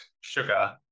sugar